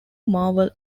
marvel